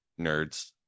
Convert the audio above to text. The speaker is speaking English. nerds